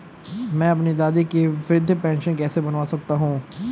मैं अपनी दादी की वृद्ध पेंशन कैसे बनवा सकता हूँ?